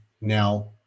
now